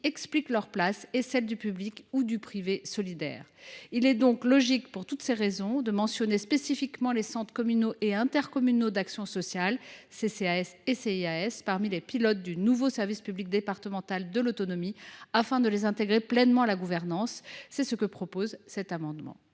explique leur place et celle du public ou du privé solidaire. Pour toutes ces raisons, il est donc logique de mentionner spécifiquement les centres communaux et intercommunaux d’action sociale parmi les pilotes du nouveau service public départemental de l’autonomie, afin de les intégrer pleinement à sa gouvernance, comme le prévoit cet amendement.